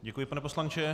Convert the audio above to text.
Děkuji, pane poslanče.